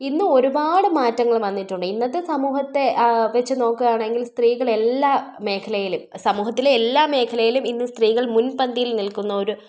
ഇന്ന് ഒരുപാട് മാറ്റങ്ങൾ വന്നിട്ടുണ്ട് ഇന്നത്തെ സമൂഹത്തെ വെച്ച് നോക്കുകയാണെങ്കിൽ സ്ത്രീകൾ എല്ലാ മേഖലയിലും സമൂഹത്തിലെ എല്ലാ മേഖലയിലും ഇന്ന് സ്ത്രീകൾ മുൻപന്തിയിൽ നിൽക്കുന്ന ഒരു